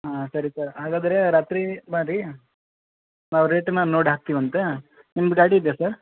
ಹಾಂ ಸರಿ ಸರ್ ಹಾಗಾದರೆ ರಾತ್ರಿ ಬರ್ರಿ ನಾವು ರೇಟನ್ನು ನೋಡಿ ಹಾಕ್ತೀವಂತೆ ನಿಮ್ದು ಗಾಡಿ ಇದೆಯಾ ಸರ್